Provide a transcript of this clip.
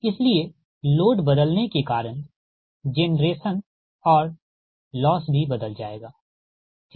इसलिए लोड बदलने के कारण जेनरेशन और लॉस भी बदल जाएगाठीक